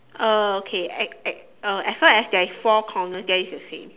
uh okay as as uh as long as there is four corner then it's the same